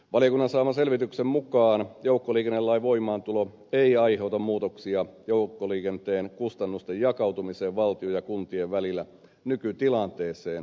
valiokunnan saaman selvityksen mukaan joukkoliikennelain voimaantulo ei aiheuta muutoksia joukkoliikenteen kustannusten jakautumiseen valtion ja kuntien välillä nykytilanteeseen verrattuna